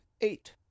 eight